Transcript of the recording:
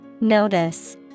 Notice